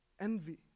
envy